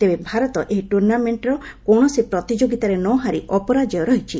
ତେବେ ଭାରତ ଏହି ଟୁର୍ଣ୍ଣାମେଣ୍ଟ୍ର କୌଣସି ପ୍ରତିଯୋଗିତାରେ ନ ହାରି ଅପରାଜେୟ ରହିଛି